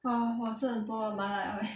ah 我吃很多麻辣 liao leh